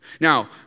Now